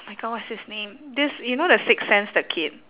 my god what's his name this you know the sixth sense that kid